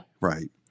Right